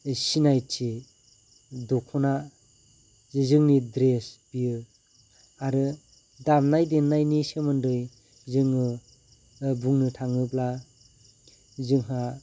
सिनायथि दख'ना जोंनि द्रेस बियो आरो दामनाय देनायनि सोमोन्दै जोङो बुंनो थाङोब्ला जोंहा